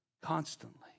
constantly